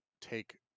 take